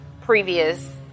previous